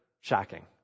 shocking